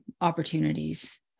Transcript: opportunities